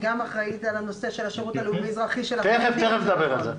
היא גם אחראית על הנושא של השירות הלאומי אזרחי --- תכף נדבר על זה.